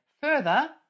Further